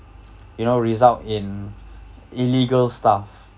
you know result in illegal stuff